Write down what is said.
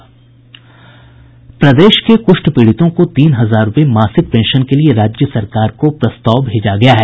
प्रदेश के कुष्ठ पीड़ितों को तीन हजार रूपये मासिक पेंशन के लिए राज्य सरकार को प्रस्ताव भेजा गया है